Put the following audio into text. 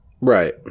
Right